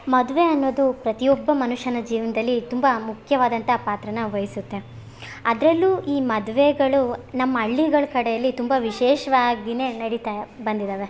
ಮದುವೆ ಅನ್ನೋದು ಪ್ರತಿಯೊಬ್ಬ ಮನುಷ್ಯನ ಜೀವನದಲ್ಲಿ ತುಂಬ ಮುಖ್ಯವಾದಂತ ಪಾತ್ರ ವಹಿಸುತ್ತೆ ಅದ್ರಲ್ಲು ಈ ಮದ್ವೆಗಳು ನಮ್ಮ ಹಳ್ಳಿಗಳ್ ಕಡೆಯಲ್ಲಿ ತುಂಬ ವಿಶೇಷವಾಗಿನೇ ನಡಿತಾ ಬಂದಿದ್ದಾವೆ